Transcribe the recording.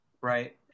Right